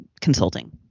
consulting